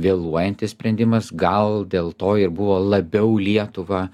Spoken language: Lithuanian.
vėluojantis sprendimas gal dėl to ir buvo labiau lietuvą